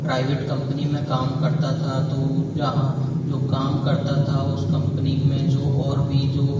private company में काम करता था तो जहाँ जो काम करता था उस कंपनी में जो और भी जो